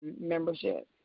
membership